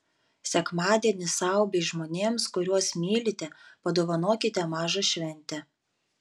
sekmadienį sau bei žmonėms kuriuos mylite padovanokite mažą šventę